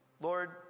Lord